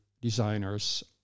designers